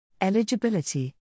Eligibility